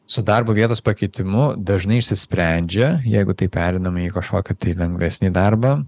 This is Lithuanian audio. su darbo vietos pakeitimu dažnai išsisprendžia jeigu tai pereinama į kažkokį lengvesnį darbą